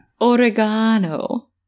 Oregano